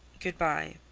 good-by.